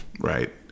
right